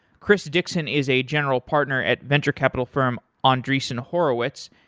chris dixon is a general partner at venture capital firm andreessen horowitz,